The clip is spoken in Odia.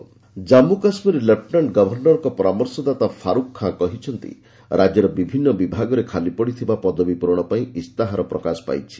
ଜେ ଆଣ୍ଡ କେ ଆଡଭାଇକରି ଜାନ୍ମୁ କାଶ୍ମୀର ଲେଫୁନାଣ୍ଟ ଗଭର୍ଣ୍ଣରଙ୍କ ପରାମର୍ଶଦାତା ଫାରୁକ ଖାଁ କହିଛନ୍ତି ରାଜ୍ୟର ବିଭିନ୍ନ ବିଭାଗରେ ଖାଲିପଡ଼ିଥିବା ପଦବୀ ପୂରଣ ପାଇଁ ଇସ୍ତାହାର ପ୍ରକାଶ ପାଇଛି